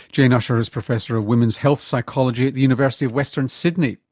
jane ussher is professor of women's health psychology at the university of western sydney.